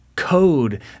code